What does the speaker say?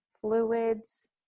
fluids